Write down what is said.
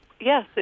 Yes